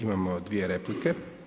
Imamo dvije replike.